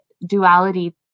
duality